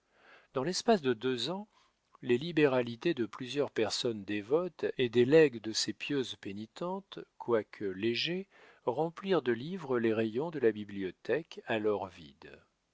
dans l'espace de deux ans les libéralités de plusieurs personnes dévotes et des legs de ses pieuses pénitentes quoique légers remplirent de livres les rayons de la bibliothèque alors vide